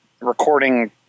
recording